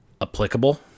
applicable